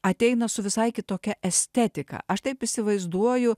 ateina su visai kitokia estetika aš taip įsivaizduoju